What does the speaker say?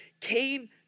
came